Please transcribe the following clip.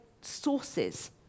sources